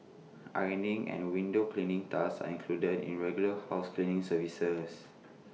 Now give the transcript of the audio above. ironing and window cleaning tasks are included in regular house cleaning services